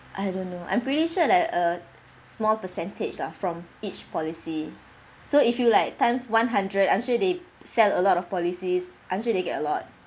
I don't know I'm pretty sure like a s~ small percentage lah from each policy so if you like times one hundred I'm sure they sell a lot of policies I'm sure they get a lot